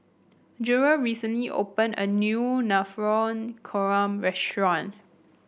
Jerel recently opened a new Navratan Korma restaurant